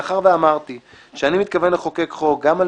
מאחר שאמרתי שאני מתכוון לחוקק חוק גם על